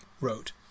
wrote